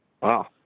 Wow